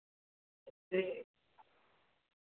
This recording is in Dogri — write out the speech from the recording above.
ते